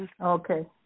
Okay